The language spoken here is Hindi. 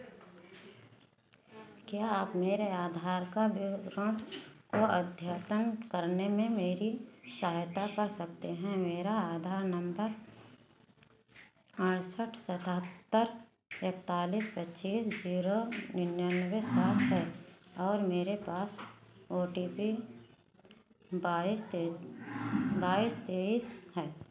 क्या आप मेरे आधार का विवरण को अद्यतन करने में मेरी सहायता कर सकते हैं मेरा आधार नम्बर अड़सठ सतहत्तर एकतालीस पचीस जीरो निन्यानवे सात है और मेरे पास ओ टी पी बाइस बाइस तेइस है